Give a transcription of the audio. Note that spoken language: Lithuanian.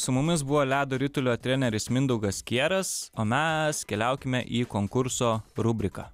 su mumis buvo ledo ritulio treneris mindaugas kieras o mes keliaukime į konkurso rubriką